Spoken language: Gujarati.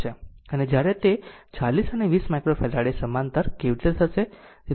તેથી જ્યારે તે 40 અને 20 માઈક્રોફેરાડે સમાંતર કેવી રીતે થશે